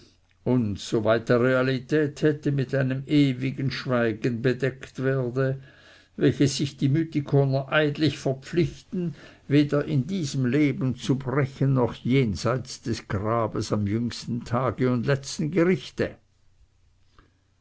und soweit er realität hätte mit einem ewigen schweigen bedeckt werde welches sich die mythiker eidlich verpflichten weder in diesem leben zu brechen noch jenseits des grabes am jüngsten tage und letzten gerichte